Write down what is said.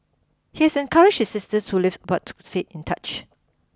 he is encouraged his sisters who lived apart to say in touch